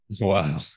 Wow